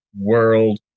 world